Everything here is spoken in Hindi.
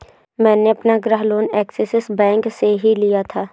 मैंने अपना गृह लोन ऐक्सिस बैंक से ही लिया था